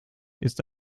ist